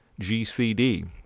gcd